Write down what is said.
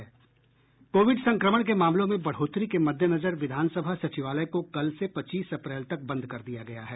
Covid संक्रमण के मामलों में बढ़ोतरी के मद्देनजर विधान सभा सचिवालय को कल से पच्चीस अप्रैल तक बंद कर दिया गया है